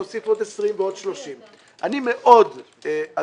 ונוסיף עוד 20 ועוד 30. אני מאוד מאוכזב,